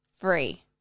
free